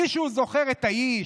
מישהו זוכר את האיש?